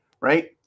right